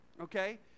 okay